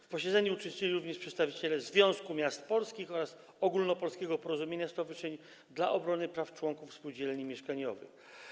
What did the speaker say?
W posiedzeniu uczestniczyli również przedstawiciele Związku Miast Polskich oraz ogólnopolskiego porozumienia stowarzyszeń dla obrony praw członków spółdzielni mieszkaniowych.